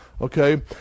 okay